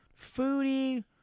foodie